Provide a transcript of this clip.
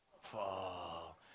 Fall